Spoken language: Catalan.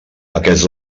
aquests